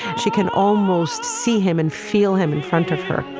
she can almost see him and feel him in front of her